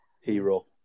Hero